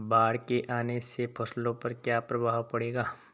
बाढ़ के आने से फसलों पर क्या प्रभाव पड़ेगा?